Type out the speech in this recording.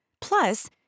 Plus